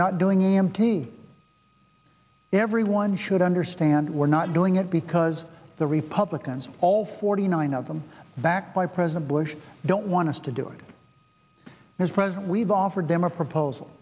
not doing mt everyone should understand we're not doing it because the republicans all forty nine of them backed by president bush don't want us to do it as president we've offered them a proposal